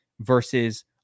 versus